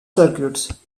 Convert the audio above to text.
circuits